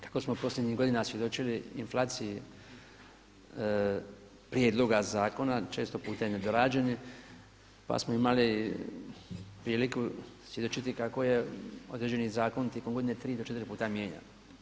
Kako smo posljednjih godina svjedočili inflaciji prijedloga zakona često puta i nedorađenih pa smo imali priliku svjedočiti kako je određeni zakon tijekom godine 3 do 4 put mijenjan.